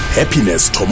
Happiness